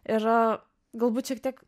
ir galbūt šiek tiek